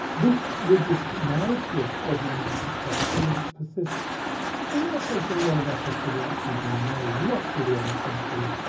this whiggish narrative of emergent press freedom persists in the face of a lot of efforts that were actually being made right through the eighteenth century.